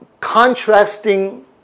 contrasting